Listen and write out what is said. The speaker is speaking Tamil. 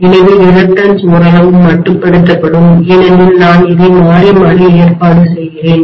எனவே தயக்கம்ரிலக்டன்ஸ் ஓரளவு மட்டுப்படுத்தப்படும் ஏனெனில் நான் இதை மாறி மாறி ஏற்பாடு செய்கிறேன்